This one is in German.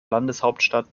landeshauptstadt